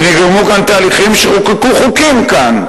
ונגרמו כאן תהליכים שחוקקו חוקים כאן,